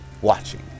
watching